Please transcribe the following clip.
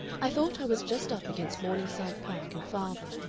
i thought i was just up against morningside park and father,